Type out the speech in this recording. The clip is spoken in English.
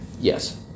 yes